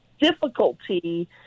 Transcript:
difficulty